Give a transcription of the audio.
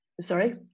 sorry